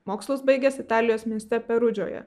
mokslus baigęs italijos mieste perudžoje